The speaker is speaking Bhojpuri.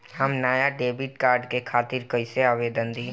हम नया डेबिट कार्ड के खातिर कइसे आवेदन दीं?